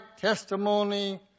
testimony